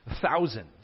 Thousands